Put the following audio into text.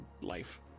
life